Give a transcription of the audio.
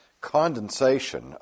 condensation